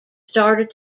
started